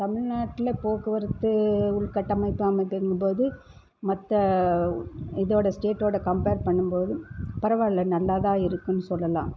தமிழ்நாட்டில் போக்குவரத்து உள் கட்டமைப்பு அமைப்புங்கும்போது மற்ற இதோட ஸ்டேட்டோடு கம்ப்பேர் பண்ணும்போது பரவாயில்ல நல்லாதான் இருக்குதுன்னு சொல்லலாம்